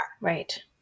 Right